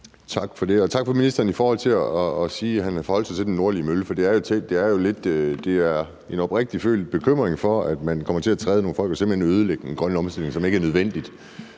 Tak for det, og tak til ministeren for at sige, at han vil forholde sig til den nordlige mølle, for der er jo en oprigtig følt bekymring for, at man kommer til at træde på nogle folk og simpelt hen ødelægge den grønne omstilling, og det er ikke nødvendigt.